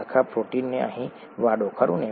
આખા પ્રોટીનને અહીં વાળો ખરું ને